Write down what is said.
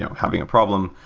yeah having a problem,